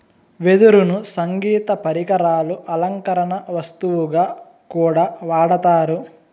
వెదురును సంగీత పరికరాలు, అలంకరణ వస్తువుగా కూడా వాడతారు